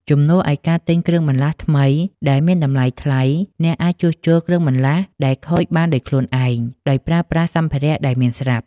ជំនួសឲ្យការទិញគ្រឿងបន្លាស់ថ្មីដែលមានតម្លៃថ្លៃ អ្នកអាចជួសជុលគ្រឿងបន្លាស់ដែលខូចបានដោយខ្លួនឯង ដោយប្រើប្រាស់សម្ភារៈដែលមានស្រាប់។